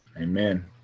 Amen